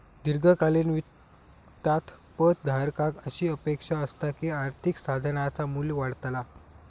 दीर्घकालीन वित्तात पद धारकाक अशी अपेक्षा असता की आर्थिक साधनाचा मू्ल्य वाढतला